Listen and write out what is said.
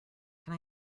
can